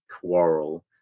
quarrel